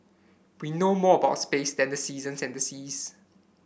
we know more about space than the seasons and the seas